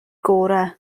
gorau